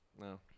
no